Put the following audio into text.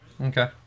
Okay